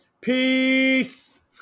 Peace